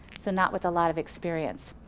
so not with a lot of experience.